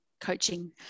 coaching